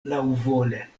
laŭvole